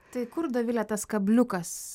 tai kur dovile tas kabliukas